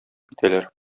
китәләр